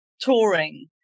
touring